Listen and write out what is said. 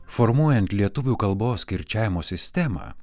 formuojant lietuvių kalbos kirčiavimo sistemą